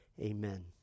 Amen